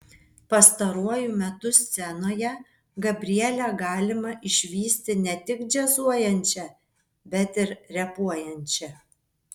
pastaruoju metu scenoje gabrielę galima išvysti ne tik džiazuojančią bet ir repuojančią